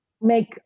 make